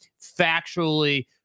factually